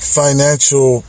financial